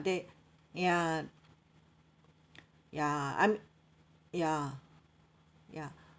they ya ya I'm ya ya